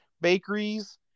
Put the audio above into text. bakeries